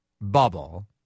bubble